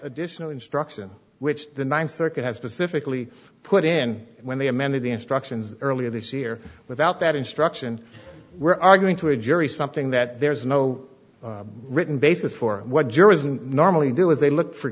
additional instruction which the ninth circuit has specifically put in when they amended the instructions earlier this year without that instruction we're arguing to a jury something that there is no written basis for what juror isn't normally do is they look for